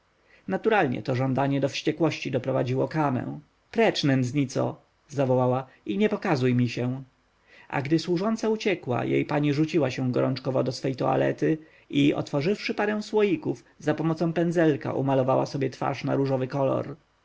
naturalne to żądanie do wściekłości doprowadziło kamę precz nędznico zawołała i nie pokazuj mi się a gdy służąca uciekła jej pani rzuciła się gorączkowo do swej tualety i otworzywszy parę słoików zapomocą pendzelka umalowała sobie twarz na różowy kolor